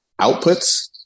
outputs